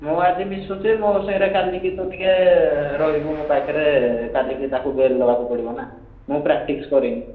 ମୁଁ ଆଜି ମିଶୁଛି ମୋ ସାଙ୍ଗରେ କାଲିକି ତୁ ଟିକେ ରହିବୁ ମୋ ପାଖରେ କାଲିକି ତା'କୁ ବେଲ୍ ଦେବାକୁ ପଡ଼ିବ ନା ମୁଁ ପ୍ରାକ୍ଟିସ୍ କରିନି